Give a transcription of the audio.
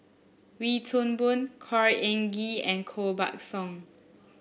Wee Toon Boon Khor Ean Ghee and Koh Buck Song